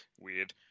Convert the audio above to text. Weird